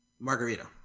margarita